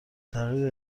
تغییر